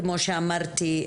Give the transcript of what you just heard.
כמו שאמרתי,